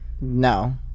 no